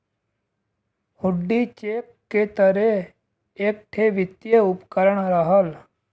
हुण्डी cheque के तरे एक ठे वित्तीय उपकरण रहल